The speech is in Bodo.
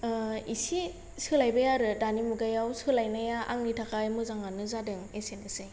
एसे सोलायबाय आरो दानि मुगायाव सोलायनाया आंनि थाखाय मोजाङानो जादों एसेनोसै